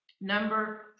number